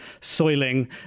soiling